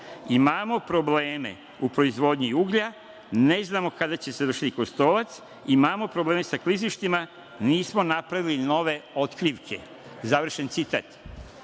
imamo probleme u proizvodnji uglja, ne znamo kada će se rešiti Kostolac, imamo probleme sa klizištima, nismo napravili nove otkrivke“. Završen citat.